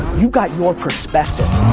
you got more perspective.